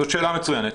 זאת שאלה מצוינת.